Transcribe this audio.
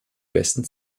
besten